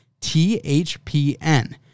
THPN